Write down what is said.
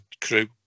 Crew